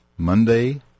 Monday